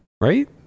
right